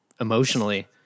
emotionally